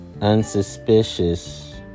unsuspicious